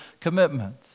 commitment